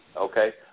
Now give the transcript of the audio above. Okay